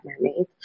Mermaids